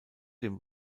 dem